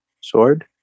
SWORD